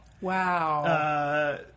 Wow